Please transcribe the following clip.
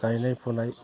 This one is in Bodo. गायनाय फुनाय